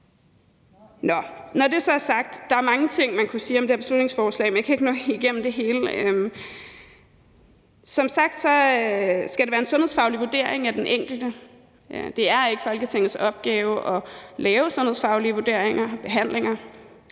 Når det så er sagt, er der mange ting, man kunne sige om det her beslutningsforslag, men jeg kan ikke nå igennem det hele. Som sagt skal det være en sundhedsfaglig vurdering af den enkelte. Det er ikke Folketingets opgave at lave sundhedsfaglige vurderinger af behandlinger,